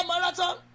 marathon